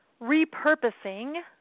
repurposing